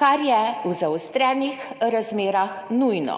kar je v zaostrenih razmerah nujno.